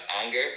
anger